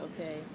okay